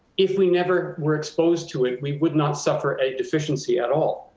if we never were exposed to it, we would not suffer a deficiency at all.